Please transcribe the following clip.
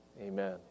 Amen